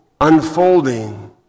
unfolding